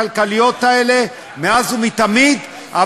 אני לא ביקשתי את העזרה הכלכלית של יואב,